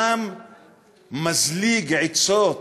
גם מזליג עצות,